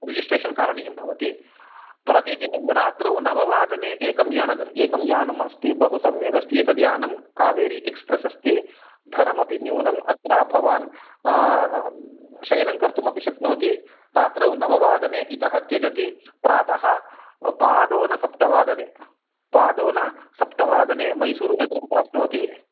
registration कारणीयं भवति प्रतिदिनं रात्रौ नववादने एकं यानम् एकं यानम् अस्ति बहु सम्यगस्ति एतद्यानम् कावेरी एक्स्प्रेस् अस्ति धनमपि न्यूनम् अत्र भवान् शयनं कर्तुमपि शक्नोति रात्रौ नववादने इत त्यजति प्रात पादोन सप्तवादने पादोन सप्तवादने मैसूरुनगरं प्राप्नोति